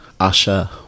asha